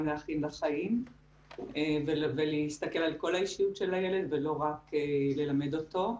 להכין לחיים ולהסתכל על כל האישיות של הילד ולא רק ללמד אותו,